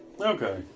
Okay